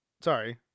Sorry